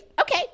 okay